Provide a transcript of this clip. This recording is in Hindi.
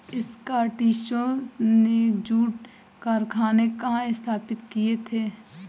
स्कॉटिशों ने जूट कारखाने कहाँ स्थापित किए थे?